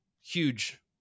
huge